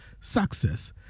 success